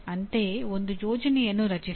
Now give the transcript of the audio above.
ಅಂತೆಯೇ ಒಂದು ಯೋಜನೆಯನ್ನು ರಚಿಸಿ